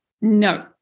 no